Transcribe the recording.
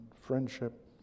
friendship